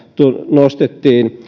nostettiin